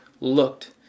looked